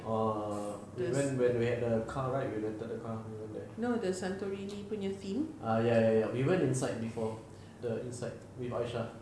orh we went when we had the car right we rented the car over there ah ya ya ya we went inside before the inside with aisyah oh really